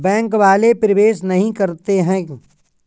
Bank वाले प्रवेश नहीं करते हैं?